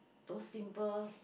those simple